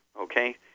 okay